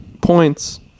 Points